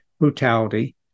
Brutality